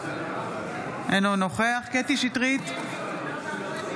אינו נוכח קטי קטרין שטרית,